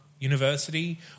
University